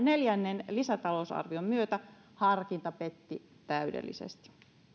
neljännen lisätalousarvion myötä harkinta petti täydellisesti